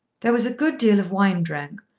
there was a good deal of wine drank,